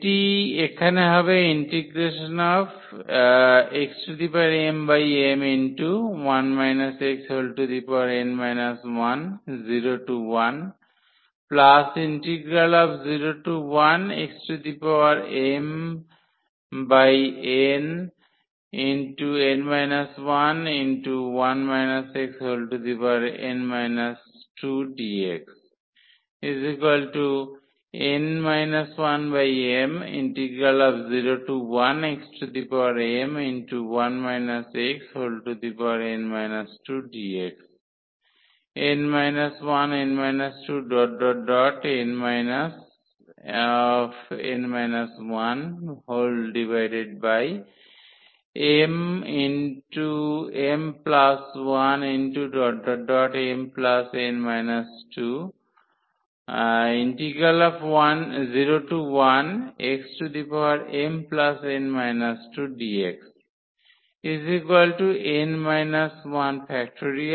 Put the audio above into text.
এটি এখানে হবে integration xmm1 xn 10101xmmn 11 xn 2dx n 1m01xm1 xn 2dx n 1n 2n n 1mm1mn 201xmn 2dx n 1